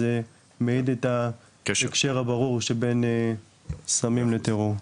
אז זה מעיד על הקשר הברור שבין סמים לטרור.